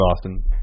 Austin